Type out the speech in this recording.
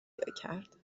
کرد